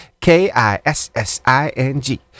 K-I-S-S-I-N-G